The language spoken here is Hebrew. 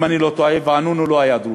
אם אני לא טועה, ואנונו לא היה דרוזי.